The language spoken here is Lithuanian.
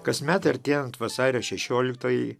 kasmet artėjant vasario šešioliktajai